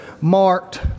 marked